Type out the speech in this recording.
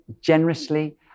generously